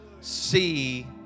see